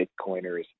Bitcoiners